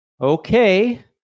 Okay